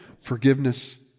forgiveness